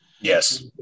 yes